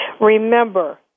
remember